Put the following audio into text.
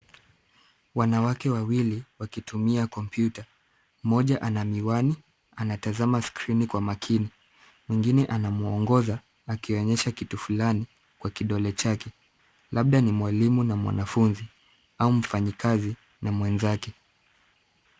Wanawake wawili wakitumia kompyuta. Mmoja ana miwani anatazama skrini kwa makini, mwingine anamuongoza akionyesha kitu fulani kwa kidole chake, labda ni mwalimu na mwanafunzi au mfanyikazi na mwenzake.